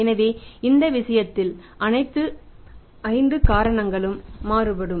எனவே அந்த விஷயத்தில் அனைத்து 5 காரணங்களும் மாறுபடும்